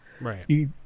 right